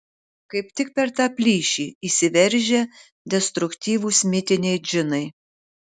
kaip tik per tą plyšį įsiveržia destruktyvūs mitiniai džinai